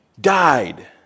died